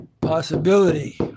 possibility